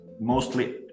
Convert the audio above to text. mostly